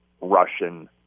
Russian